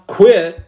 quit